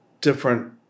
different